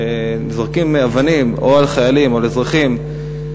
כשזורקים אבנים או על חיילים או על אזרחים,